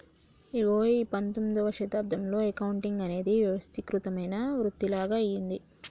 ఇగో ఈ పందొమ్మిదవ శతాబ్దంలో అకౌంటింగ్ అనేది వ్యవస్థీకృతమైన వృతిలాగ అయ్యింది